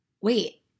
wait